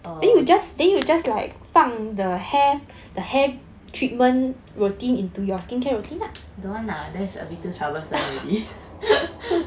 oh don't want lah that's a bit too troublesome already